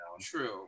True